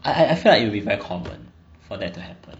I I feel like it'll be very common for that to happen